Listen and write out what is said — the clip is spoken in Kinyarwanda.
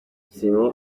simon